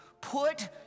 Put